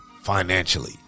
financially